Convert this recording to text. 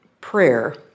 prayer